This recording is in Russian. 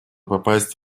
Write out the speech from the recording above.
попасть